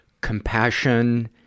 compassion